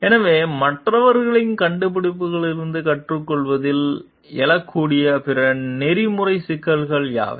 எனவே மற்றவர்களின் கண்டுபிடிப்பிலிருந்து கற்றுக்கொள்வதில் எழக்கூடிய பிற நெறிமுறை சிக்கல்கள் யாவை